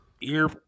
ear